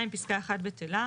2. פסקה 1 בטלה.